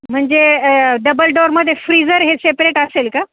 म्हणजे डबल डोअरमध्ये फ्रीझर हे सेपरेट असेल का